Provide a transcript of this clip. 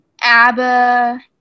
ABBA